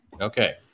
Okay